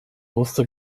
wusste